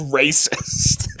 racist